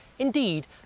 indeed